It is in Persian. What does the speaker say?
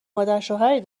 مادرشوهری